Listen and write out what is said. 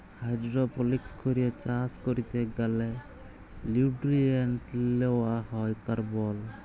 hydroponics করে চাষ ক্যরতে গ্যালে লিউট্রিয়েন্টস লেওয়া হ্যয় কার্বল